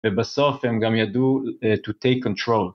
ובסוף הם גם ידעו to take control